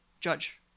Judge